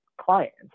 clients